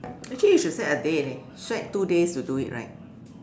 actually you should set a day leh set two days to do it right